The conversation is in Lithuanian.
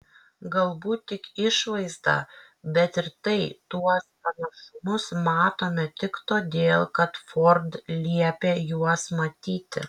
galbūt tik išvaizdą bet ir tai tuos panašumus matome tik todėl kad ford liepė juos matyti